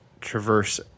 traverse